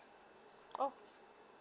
oh